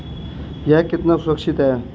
यह कितना सुरक्षित है?